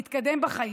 להתקדם בחיים,